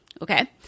Okay